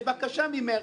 בבקשה ממך,